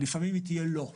לפעמים היא גם תהיה לא.